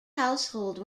household